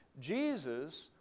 Jesus